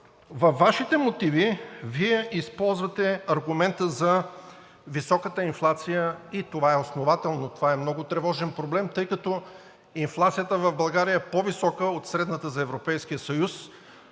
във Вашите мотиви Вие използвате аргумента за високата инфлация и това е основателно, това е много тревожен проблем, тъй като инфлацията в България е по-висока от средната за Европейския съюз,